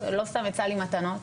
לא סתם יצא לי מתנות,